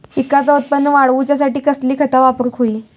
पिकाचा उत्पन वाढवूच्यासाठी कसली खता वापरूक होई?